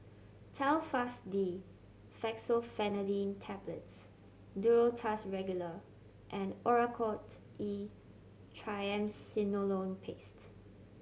Telfast D Fexofenadine Tablets Duro Tuss Regular and Oracort E Triamcinolone Paste